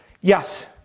yes